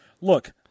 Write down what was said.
look